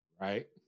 Right